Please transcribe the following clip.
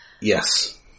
Yes